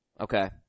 Okay